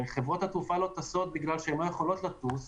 חברות התעופה לא תטוס כי הן לא יכולות לטוס,